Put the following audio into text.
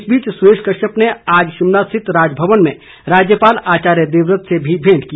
इस बीच सुरेश कश्यप ने आज शिमला स्थित राजभवन में राज्यपाल आचार्य देवव्रत से भी भेंट की